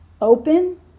open